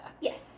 Yes